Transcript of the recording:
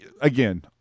again